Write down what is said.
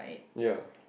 ya